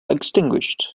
extinguished